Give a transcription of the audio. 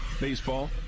Baseball